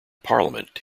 parliament